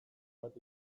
bat